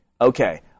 Okay